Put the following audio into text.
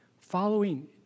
Following